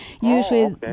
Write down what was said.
Usually